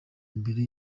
imbere